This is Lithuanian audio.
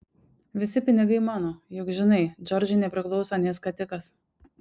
visi pinigai mano juk žinai džordžui nepriklauso nė skatikas